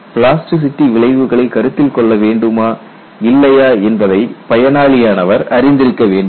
plasticity விளைவுகளை கருத்தில் கொள்ள வேண்டுமா இல்லையா என்பதை பயனாளியானவர் அறிந்திருக்க வேண்டும்